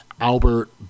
Albert